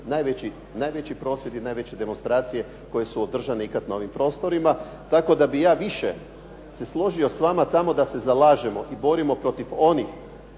najveći prosvjedi i najveće demonstracije koje su održane ikad na ovim prostorima, tako da bih ja više se složio s vama da se zalažemo i borimo protiv onih